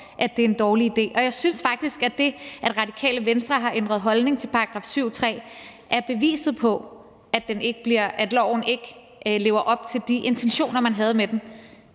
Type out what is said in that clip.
at det er en dårlig idé. Jeg synes faktisk, at det, at Radikale Venstre har ændret holdning til § 7, stk. 3, er beviset på, at loven ikke lever op til de intentioner, man havde med den,